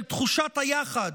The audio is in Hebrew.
של תחושת היחד,